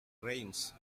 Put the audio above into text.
reims